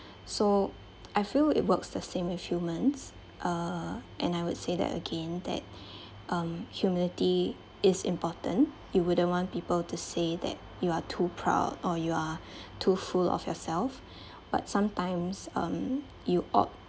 so I feel it works the same as humans uh and I would say that again that um humility is important you wouldn't want people to say that you are too proud or you are too full of yourself but sometimes um you ought